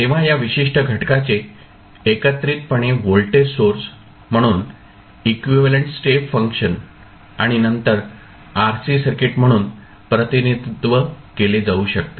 तेव्हा या विशिष्ट घटकाचे एकत्रितपणे व्होल्टेज सोर्स म्हणून इक्विव्हॅलेंट स्टेप फंक्शन आणि नंतर RC सर्किट म्हणून प्रतिनिधित्व केले जाऊ शकते